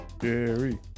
Jerry